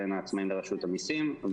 בין העצמאים לרשות המסים.